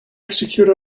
execute